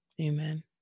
Amen